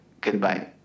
goodbye